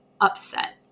upset